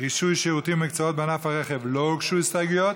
רישוי שירותים ומקצועות בענף הרכב לא הוגשו הסתייגויות,